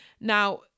Now